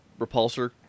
repulsor